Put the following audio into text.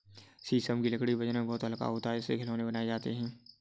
शीशम की लकड़ी वजन में बहुत हल्का होता है इससे खिलौने बनाये जाते है